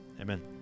Amen